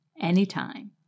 anytime